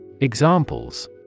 Examples